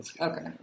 Okay